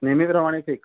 नेहमीप्रमाणे फिक्स